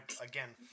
again